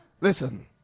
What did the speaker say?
Listen